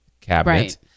cabinet